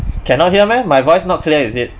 cannot hear meh my voice is not clear is it